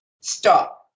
stop